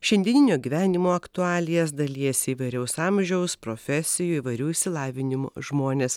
šiandieninio gyvenimo aktualijas dalijasi įvairaus amžiaus profesijų įvairių išsilavinimų žmonės